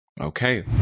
Okay